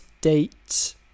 date